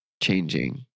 changing